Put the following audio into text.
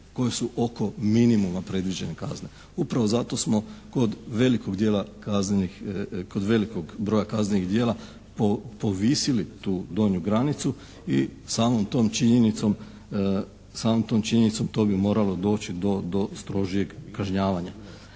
koje su oko minimuma predviđene kazne. Upravo zato smo kod velikog broja kaznenih djela povisili tu donju granicu i samom tom činjenicom to bi moralo doći do strožijeg kažnjavanja.